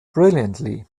brilliantly